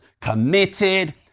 committed